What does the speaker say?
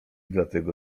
dlatego